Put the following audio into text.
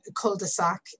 cul-de-sac